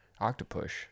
Octopus